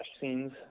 scenes